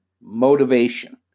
motivation